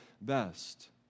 best